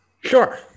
Sure